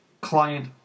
client